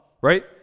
Right